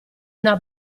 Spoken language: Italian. una